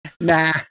Nah